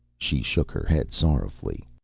she shook her head sorrowfully.